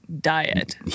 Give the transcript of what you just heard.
diet